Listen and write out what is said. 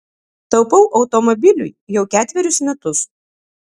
taupau automobiliui jau ketverius metus